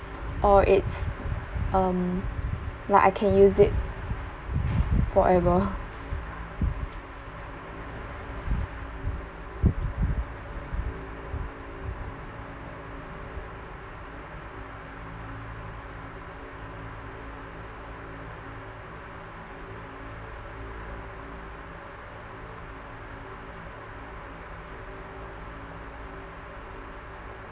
or it's um like I can use it forever